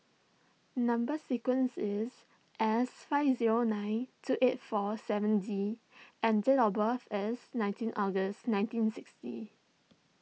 Number Sequence is S five zero nine two eight four seven D and date of birth is nineteen August nineteen sixty